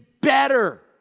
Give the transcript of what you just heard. better